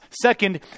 Second